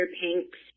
Pink's